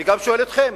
וגם שואל אתכם: